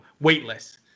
weightless